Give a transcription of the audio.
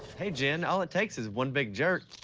hey, jen, all it takes is one big jerk.